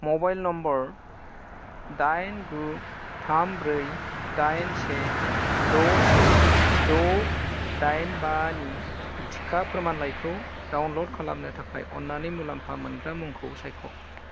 mobile number दाइन गु थाम ब्रै दाइन से द' से द' दाइन बा नि टिका फोरमानलाइखौ डाउनलड खालामनो थाखाय अन्नानै मुलामफा मोनग्रा मुंखौ सायख'